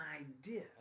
idea